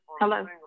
Hello